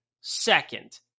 second